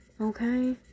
Okay